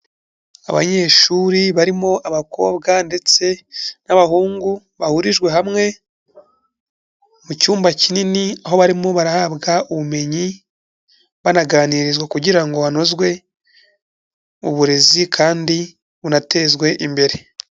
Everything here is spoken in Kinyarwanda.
Abanyeshuri barimo abakobwa ndetse n'abahungu bahurijwe hamwe mu cyumba kinini, aho barimo barahabwa ubumenyi banaganirizwa kugira ngo hanozwe uburezi kandi bunatezwe imbere.